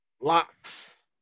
locks